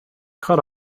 cut